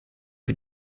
für